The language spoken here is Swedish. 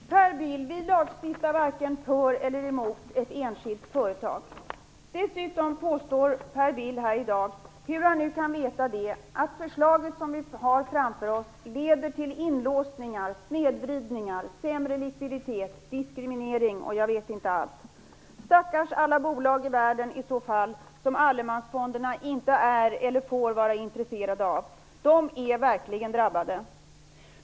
Fru talman! Per Bill! Vi lagstiftar varken för eller emot ett enskilt företag. Per Bill påstår i dag - hur han nu kan veta det - att förslaget vi har framför oss leder till inlåsningar, snedvridningar, sämre likviditet, diskriminering och jag vet inte allt. Stackars alla bolag i världen, i så fall, som allemansfonderna inte är eller får vara intresserade av. De är verkligen drabbade.